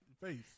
face